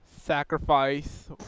Sacrifice